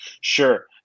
Sure